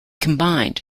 combined